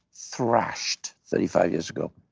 thrashed thirty five years ago,